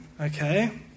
Okay